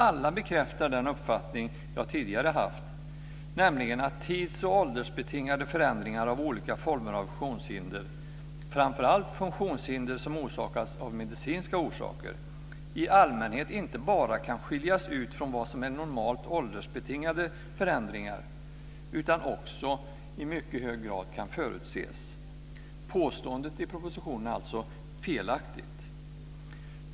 Alla bekräftar den uppfattning jag tidigare haft, nämligen att tids och åldersbetingade förändringar av olika former av funktionshinder - framför allt funktionshinder som orsakas av medicinska orsaker - i allmänhet inte bara kan skiljas ut från vad som är normalt åldersbetingade förändringar utan också i mycket hög grad kan förutses. Påståendet i propositionen är alltså felaktigt.